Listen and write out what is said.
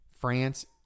France